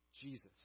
Jesus